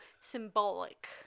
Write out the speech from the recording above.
symbolic